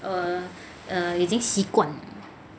err err 已经习惯了